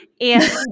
and-